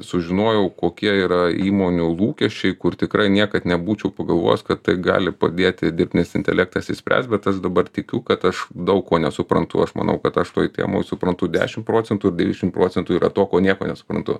sužinojau kokie yra įmonių lūkesčiai kur tikrai niekad nebūčiau pagalvojęs kad tai gali padėti dirbtinis intelektas išspręst bet aš dabar tikiu kad aš daug ko nesuprantu aš manau kad aš tuoj temoj suprantu dešimt procentų ir dvidešimt procentų yra to ko nieko nesuprantu